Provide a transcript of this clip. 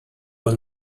all